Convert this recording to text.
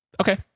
Okay